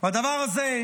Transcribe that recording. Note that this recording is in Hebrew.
הדבר הזה,